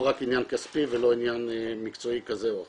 רק עניין כספי ולא עניין מקצועי כזה או אחר.